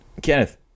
Kenneth